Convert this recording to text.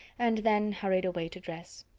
and then hurried away to dress.